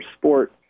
sport